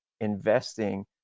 investing